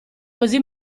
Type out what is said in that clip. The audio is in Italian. così